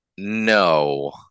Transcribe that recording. no